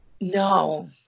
No